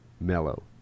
mellow